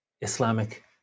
Islamic